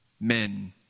Men